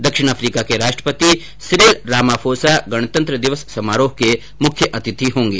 दक्षिण अफ्रीका के राष्ट्रपति सिरिल रामाफोसा गणतंत्र दिवस समारोह के मुख्य अतिथि होंगे